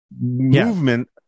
movement